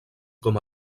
com